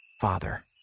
Father